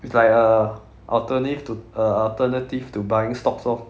it's like a alternative to uh alternative to buying stocks orh